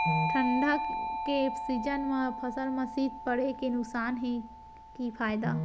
ठंडा के सीजन मा फसल मा शीत पड़े के नुकसान हे कि फायदा?